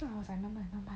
so I was like 慢慢等 lah